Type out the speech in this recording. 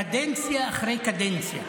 קדנציה אחרי קדנציה.